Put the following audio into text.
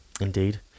indeed